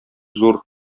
зур